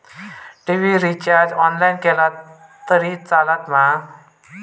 TV recharge online केला तरी चलात मा?